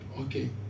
Okay